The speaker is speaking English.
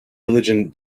religion